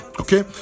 okay